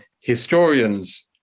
historians